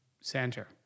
center